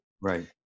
Right